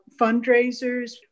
fundraisers